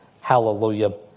hallelujah